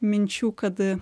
minčių kad